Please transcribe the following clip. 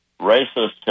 racist